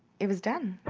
it was done.